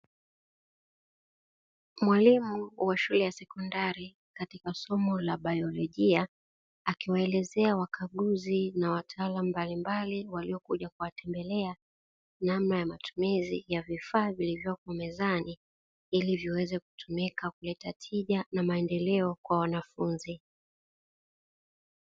Mwalimu wa shule ya sekondari katika somo la bailojia, akiwaelezea wakaguzi na wataalamu mbalimbali waliokuja kuwatembelea, namna ya matumizi ya vifaa vilivyopo mezani, ili viweze kutumika kuleta tija na maendeleo kwa wanafunzi.